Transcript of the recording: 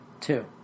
two